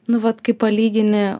nu vat kai palygini